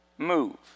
move